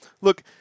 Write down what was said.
Look